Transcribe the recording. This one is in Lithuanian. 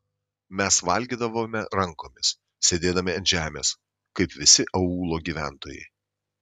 mes valgydavome rankomis sėdėdami ant žemės kaip visi aūlo gyventojai